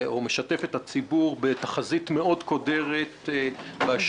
או משתף את הציבור בתחזית מאוד קודרת באשר